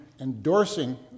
endorsing